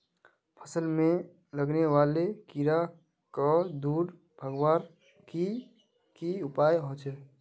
फसल में लगने वाले कीड़ा क दूर भगवार की की उपाय होचे?